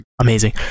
Amazing